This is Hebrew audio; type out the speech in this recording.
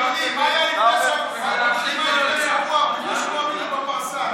ינון אזולאי (ש"ס): מה היה לפני שבוע בדיוק בפרסה?